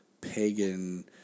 pagan